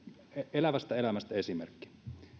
elävästä elämästä esimerkki